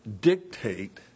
dictate